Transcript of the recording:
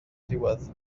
diwedd